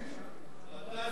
ואתה,